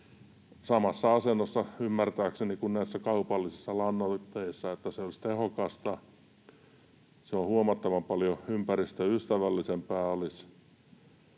samassa asennossa, ymmärtääkseni, kuin näissä kaupallisissa lannoitteissa, että se olisi tehokasta. Olisi huomattavan paljon ympäristöystävällisempää